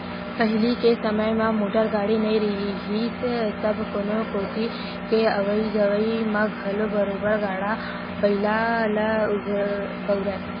पहिली के समे म मोटर गाड़ी नइ रिहिस तब कोनो कोती के अवई जवई म घलो बरोबर गाड़ा बइला ल बउरय